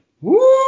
Woo